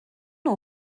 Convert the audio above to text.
nhw